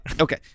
okay